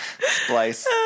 Splice